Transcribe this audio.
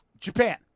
Japan